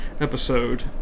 episode